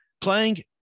playing